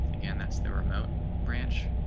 again, that's the remote branch.